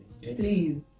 please